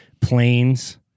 planes